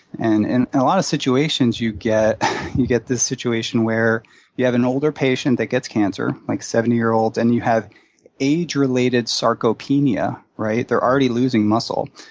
and in a lot of situations, you get you get this situation where you have an older patient that gets cancer, like seventy year old, and you have age-related sarcopenia, right, they're already losing muscle,